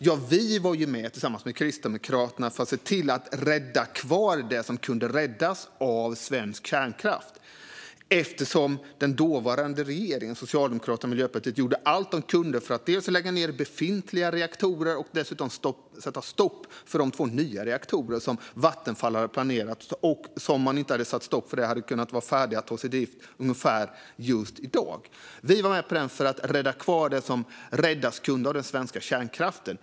Ja, vi var med tillsammans med Kristdemokraterna för att se till att rädda kvar det som kunde räddas av svensk kärnkraft eftersom den dåvarande regeringen med Socialdemokraterna och Miljöpartiet gjorde allt man kunde för att dels lägga ned befintliga reaktorer och dels sätta stopp för de två nya reaktorer som Vattenfall hade planerat, som om man inte satt stopp för dem hade kunnat vara färdiga att tas i drift ungefär i dag. Vi var med för att rädda det som räddas kunde av den svenska kärnkraften.